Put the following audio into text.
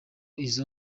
izo